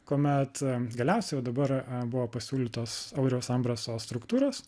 kuomet galiausia jau dabar buvo pasiūlytos audriaus ambraso struktūros